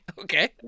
okay